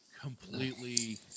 completely